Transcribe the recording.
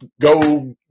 go